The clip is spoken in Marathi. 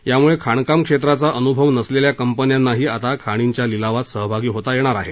यामुळे खाणकाम क्षेत्राचा अनुभव नसलेल्या कंपन्यांनाही आता खाणींच्या लिलावात सहभागी होता येणार आहे